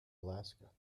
alaska